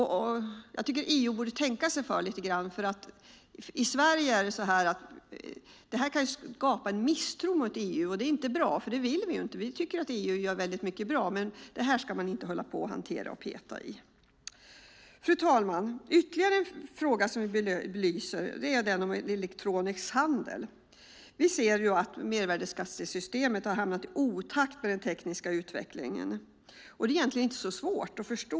EU borde tänka sig för. Det här kan skapa misstro mot EU. Det vore inte bra. Det vill vi inte. Vi tycker att EU gör mycket som är bra, men det här ska man inte peta i. Fru talman! Ytterligare en fråga som vi belyser är den om elektronisk handel. Vi ser att mervärdesskattesystemet har kommit i otakt med den tekniska utvecklingen. Det är inte svårt att förstå.